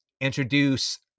Introduce